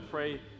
Pray